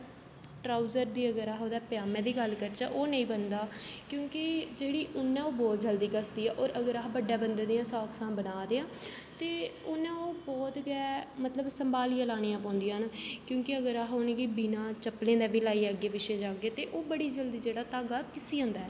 trouser दी अगर अस ओह्दे पजामे दी गल्ल करचै ओह् नेईं बनदा क्योंकि जेह्ड़ी ऊन ऐ बहोत जल्दी घसदी ऐ होर अगर अस बड्डे बंदे दियां सॉक्सां बना दे आं ते उ'नें ओह् बहोत गै मतलब सभांलियै लानी पौंदिया न क्योंकि अगर अस उ'नें गी बिना चप्पलें दे बी लाइयै अग्गें पिच्छें जाह्गे ते ओह् बड़ी जल्दी जेह्ड़ा धागा घिसी जंदा ऐ